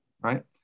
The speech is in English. Right